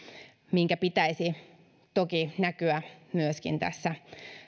minkä pitäisi toki näkyä myöskin tässä